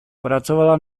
pracovala